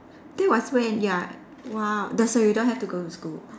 do one thing ya !wow! that is why you do not have to go school